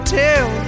tell